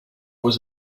was